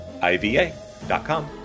IVA.com